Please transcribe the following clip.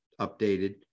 updated